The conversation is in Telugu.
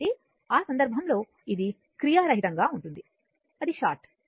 కాబట్టి ఆ సందర్భంలో ఇది క్రియారహితంగా ఉంటుంది అది షార్ట్